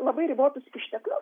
labai ribotus išteklius